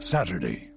Saturday